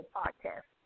podcast